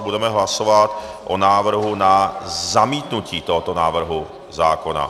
Budeme hlasovat o návrhu na zamítnutí tohoto návrhu zákona.